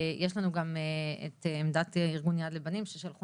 יש לנו גם את עמדת ארגון 'יד לבנים' ששלחו